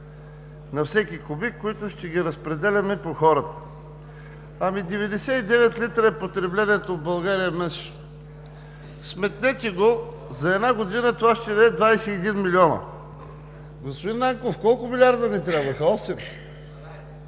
на всеки кубик, които ще ги разпределяме по хората. Ами 99 литра е потреблението в България – сметнете го, за една година това ще даде 21 милиона. Господин Нанков, колко милиарда ни трябваха?